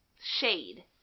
shade